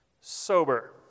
sober